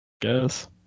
guess